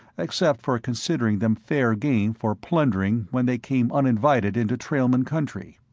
except for considering them fair game for plundering when they came uninvited into trailman country.